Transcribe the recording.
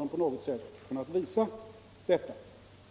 inte på något sätt kunnat visa detta.